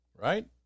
Right